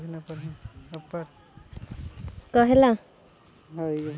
JCB के front end loader के इस्तेमाल मिट्टी, बर्फ इत्यादि के हँटावे में भी होवऽ हई